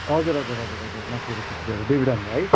हजुर हजुर हजुर हजुर मातृका छेत्री हजुर देवीडाँगा है